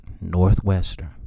Northwestern